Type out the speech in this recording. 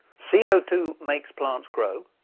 c o two makes plants grow.